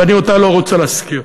ואני אותה לא רוצה להזכיר.